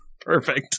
Perfect